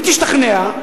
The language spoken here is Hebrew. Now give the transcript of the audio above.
אם תשתכנע,